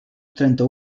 trenta